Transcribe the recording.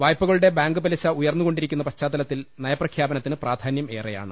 വായ്പകളുടെ bank പലിശ ഉയർന്നു കൊണ്ടിരിക്കുന്ന പശ്ചാത്തലത്തിൽ നയപ്രഖ്യാപന ത്തിന് പ്രധാന്യും ഏറെയാണ്